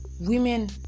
women